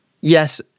Yes